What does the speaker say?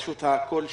פשוט הקול שלך.